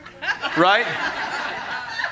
right